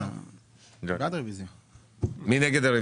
מי נגד?